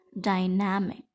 dynamic